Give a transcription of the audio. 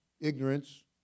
Ignorance